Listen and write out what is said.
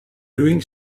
doing